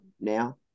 now